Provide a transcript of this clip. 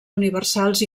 universals